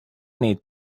need